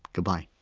goodbye